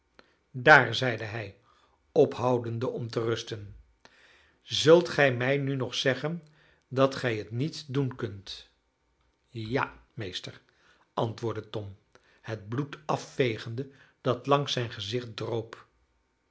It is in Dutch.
daar zeide hij ophoudende om te rusten zult ge mij nu nog zeggen dat gij het niet doen kunt ja meester antwoordde tom het bloed afvegende dat langs zijn gezicht droop